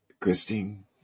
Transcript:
Christine